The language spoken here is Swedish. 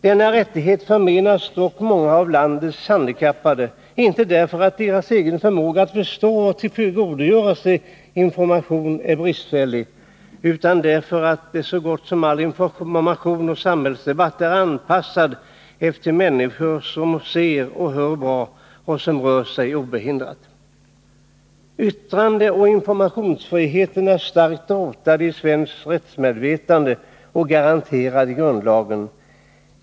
Denna rättighet förmenas dock många av landets handikap pade, inte därför att deras egen förmåga att förstå och tillgodogöra sig information är bristfällig, utan därför att så gott som all information och samhällsdebatt är anpassad efter människor som ser och hör bra och som rör sig obehindrat. Yttrandeoch informationsfriheten är starkt rotad i svenskt rättsmedvetande och garanterad i grundlagen.